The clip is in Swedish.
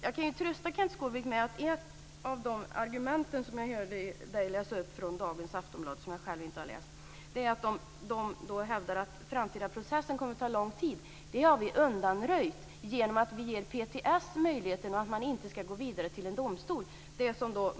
Jag kan trösta Kenth Skårvik med att ett av argumenten som Kenth Skårvik läste upp från dagens Aftonbladet - som jag själv inte har läst - är att den framtida processen kommer att ta lång tid. Det har vi undanröjt genom att vi ger PTS möjligheten att inte behöva gå vidare till en domstol.